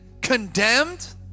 condemned